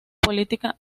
política